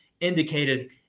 indicated